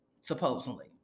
supposedly